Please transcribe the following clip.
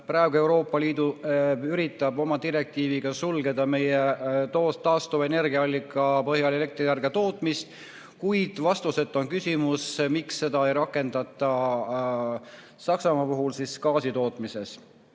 praegu Euroopa Liit üritab oma direktiiviga sulgeda meie taastuva energiaallika põhjal elektrienergia tootmist, kuid vastuseta on küsimus, miks seda ei rakendata Saksamaa puhul gaasitootmises. Juhtisin